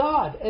God